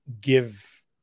give